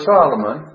Solomon